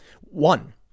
One